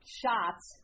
shots